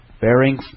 bearing